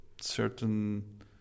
certain